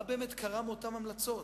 מה באמת קרה עם אותן המלצות?